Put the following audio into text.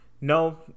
No